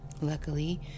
Luckily